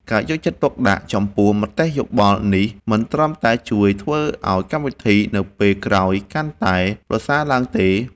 ការយកចិត្តទុកដាក់ចំពោះមតិយោបល់នេះមិនត្រឹមតែជួយធ្វើឲ្យកម្មវិធីនៅពេលក្រោយកាន់តែប្រសើរឡើងទេ